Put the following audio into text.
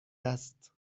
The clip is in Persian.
است